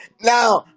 Now